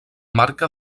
marca